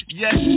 yes